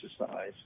exercise